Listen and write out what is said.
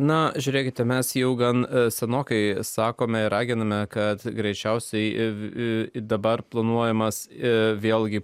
na žiūrėkit mes jau gan senokai sakome ir raginame kad greičiausiai į dabar planuojamas ir vėlgi